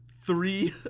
three